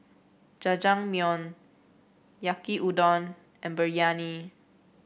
Jajangmyeon Yaki Udon and Biryani